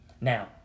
Now